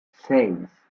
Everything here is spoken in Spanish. seis